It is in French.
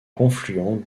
confluent